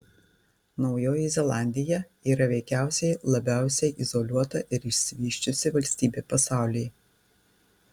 naujoji zelandija yra veikiausiai labiausiai izoliuota ir išsivysčiusi valstybė pasaulyje